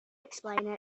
explain